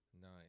nice